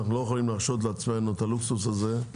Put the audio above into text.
אנחנו לא יכולים להרשות לעצמנו את הלוקסוס הזה.